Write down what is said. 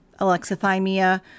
alexithymia